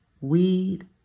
weed